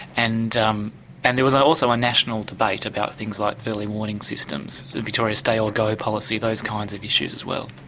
and um and there was also a national debate about things like early warning systems, and victoria's stay or go policy, those kinds of issues as well.